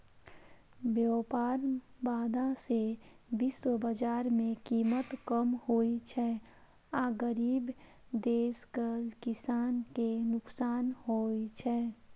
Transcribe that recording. व्यापार बाधा सं विश्व बाजार मे कीमत कम होइ छै आ गरीब देशक किसान कें नुकसान होइ छै